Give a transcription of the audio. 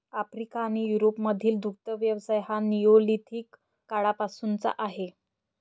Africa आणि युरोपमधील दुग्ध व्यवसाय हा निओलिथिक काळापासूनचा आहे